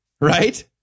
right